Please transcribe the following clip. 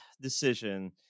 decision